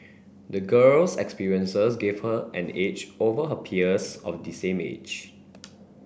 the girl's experiences gave her an edge over her peers of the same age